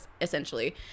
essentially